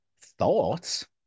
thoughts